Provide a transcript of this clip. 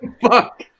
Fuck